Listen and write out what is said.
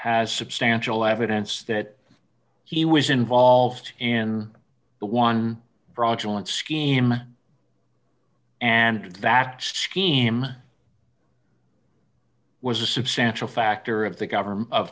has substantial evidence that he was involved in the one fraudulent scheme and vast scheme was a substantial factor of the government